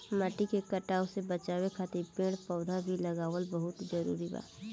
माटी के कटाव से बाचावे खातिर पेड़ पौधा भी लगावल बहुत जरुरी बावे